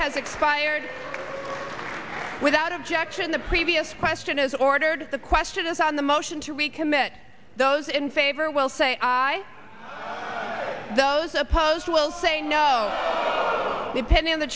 expired without objection the previous question is ordered the question is on the motion to recommit those in favor will say i those opposed will say no depending on the